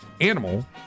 animal